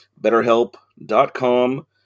betterhelp.com